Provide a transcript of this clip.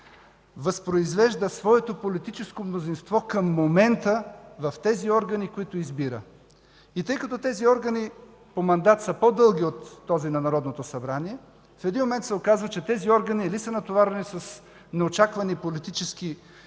възпроизвежда своето политическо мнозинство към момента в тези органи, които избира. И тъй като тези органи по мандат са по-дълги от този на Народното събрание, в един момент се оказва, че тези органи или са натоварени с неочаквани политически